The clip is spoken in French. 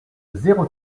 zéro